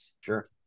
Sure